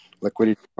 liquidity